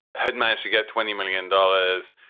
had managed to get twenty million dollars.